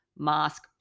mask